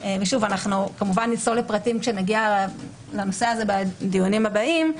נצלול לפרטים כשנגיע לנושא הזה בדיונים הבאים,